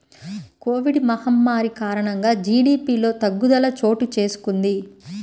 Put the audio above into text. Covid మహమ్మారి కారణంగా జీడీపిలో తగ్గుదల చోటుచేసుకొంది